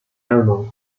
arnold